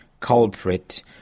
culprit